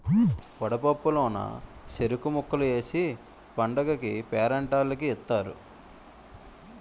వడపప్పు లోన సెరుకు ముక్కలు ఏసి పండగకీ పేరంటాల్లకి ఇత్తారు